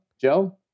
Joe